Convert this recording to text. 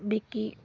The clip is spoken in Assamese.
বিকি